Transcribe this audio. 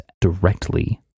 directly